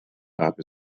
top